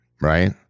right